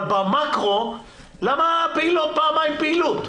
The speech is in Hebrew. אבל במקרו, למה פעמיים פעילות?